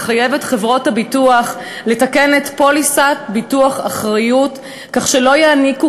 לחייב את חברות הביטוח לתקן את פוליסות ביטוח אחריות כך שלא יעניקו